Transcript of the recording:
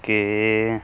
ਕੇ